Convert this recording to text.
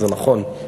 זה נכון.